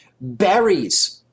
Berries